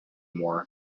more